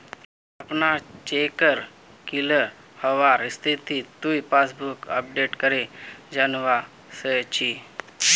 अपनार चेकेर क्लियर हबार स्थितिक तुइ पासबुकक अपडेट करे जानवा सक छी